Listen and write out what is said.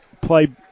play